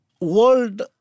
world